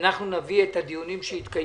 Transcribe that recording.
נצטרך להחליט